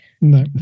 No